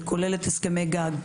שכוללת הסכמי גג,